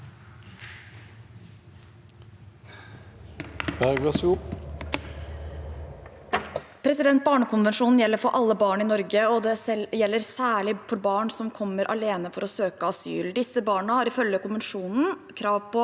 Barne- konvensjonen gjelder for alle barn i Norge, og den gjelder særlig for barn som kommer alene for å søke asyl. Disse barna har, ifølge konvensjonen, krav på